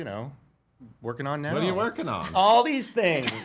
you know working on now. what are you working on? all these things,